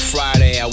Friday